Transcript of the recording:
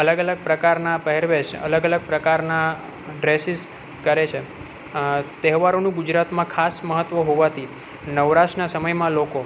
અલગ અલગ પ્રકારના પહેરવેશ અલગ અલગ પ્રકારના ડ્રેસીસ કરે છે તહેવારોનું ગુજરાતમાં ખાસ મહત્વ હોવાથી નવરાશના સમયમાં લોકો